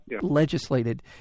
legislated